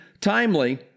timely